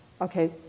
Okay